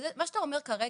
ומה שאתה אומר כרגע,